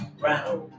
round